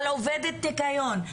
על עובדת ניקיון,